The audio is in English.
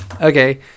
Okay